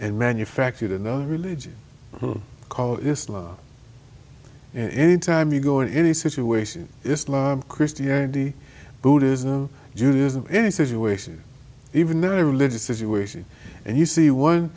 and manufactured and other religion to call islam in any time you go in any situation islam christianity buddhism judaism any situation even the religious situation and you see one